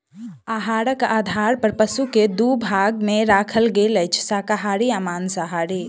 आहारक आधार पर पशु के दू भाग मे राखल गेल अछि, शाकाहारी आ मांसाहारी